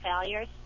failures